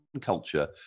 culture